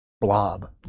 blob